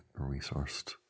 resourced